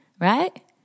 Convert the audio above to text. Right